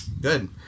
Good